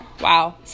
Wow